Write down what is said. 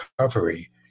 recovery